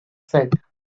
said